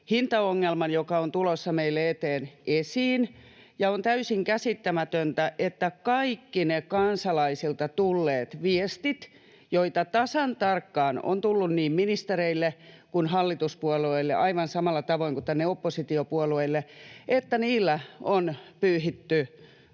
hintaongelman, joka on tulossa meille eteen, ja kaikilla niillä kansalaisilta tulleilla viesteillä, joita tasan tarkkaan on tullut niin ministereille kuin hallituspuolueille aivan samalla tavoin kuin tänne oppositiopuolueille, on pyyhitty nenää.